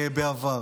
בעבר.